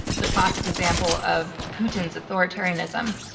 the classic example of putin's authoritarianism,